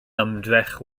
ymdrech